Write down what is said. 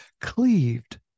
cleaved